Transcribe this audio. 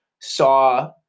saw